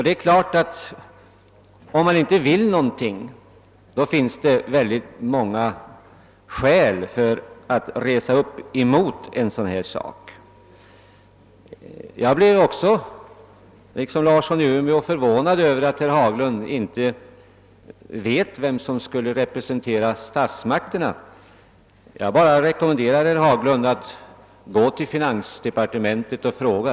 Det är klart att om man inte vill någonting, så kan man alltid anföra en massa skäl mot ett sådant förslag. Jag blev liksom herr Larsson i Umeå förvånad över att herr Haglund inte vet vem som skall representera statsmakterna. Jag bara rekommenderar herr Haglund att gå till finansdepartementet och fråga.